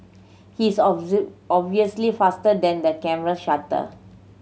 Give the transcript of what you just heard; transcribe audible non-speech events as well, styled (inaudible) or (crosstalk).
he is (unintelligible) obviously faster than the camera shutter